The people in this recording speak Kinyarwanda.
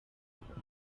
muhanga